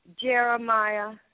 Jeremiah